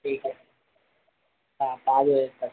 ठीक है हाँ पाँच बजे तक